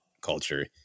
culture